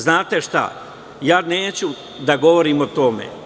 Znate šta, neću da govorim o tome.